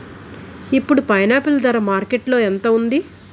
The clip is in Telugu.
ఇప్పుడు పైనాపిల్ ధర మార్కెట్లో ఎంత ఉంది?